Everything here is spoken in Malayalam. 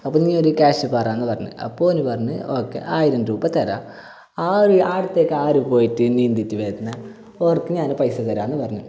അപ്പം നീ ഒരു കാശ് പറാന്ന് പറഞ്ഞ് അപ്പോന് പറഞ്ഞ് ഒക്കെ ആയിരം രൂപ തരാം ആ ഒരു ആ അട്ത്തേക്ക് ആര് പോയിട്ട് നീന്തീട്ട് വരുന്നു ഓർക്ക് ഞാൻ പൈസ താരാന്ന് പറഞ്ഞ്